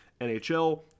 NHL